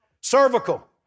Cervical